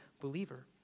believer